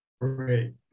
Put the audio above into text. Great